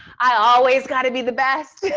i always got to be the best,